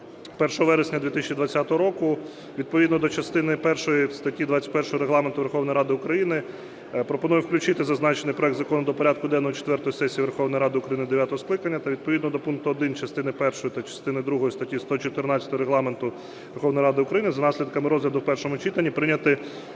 1 вересня 2020 року відповідно до частини першої статті 21 Регламенту Верховна Ради України пропонує включити зазначений проект закону до порядку денного четвертої сесії Верховної Ради України дев'ятого скликання та відповідно до пункту 1 частини першої та частини другої статті 114 Регламенту Верховної Ради України за наслідками розгляду в першому читанні прийняти